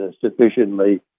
sufficiently